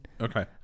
Okay